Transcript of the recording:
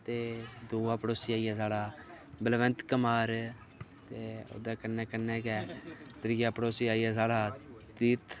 ते दूआ पड़ोसी आइया साढ़ा बलबंत कुमार ते ओह्दे कन्नै कन्नै गै ते त्रीआ पड़ोसी आइया साढ़ा तीरथ